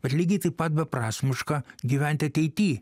bet lygiai taip pat beprasmiška gyvent ateity